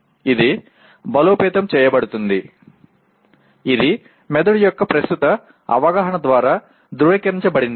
ఇది బలోపేతం చేయబడింది ఇది మెదడు యొక్క ప్రస్తుత అవగాహన ద్వారా ధృవీకరించబడింది